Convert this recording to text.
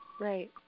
Right